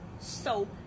soap